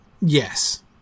Yes